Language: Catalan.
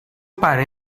pare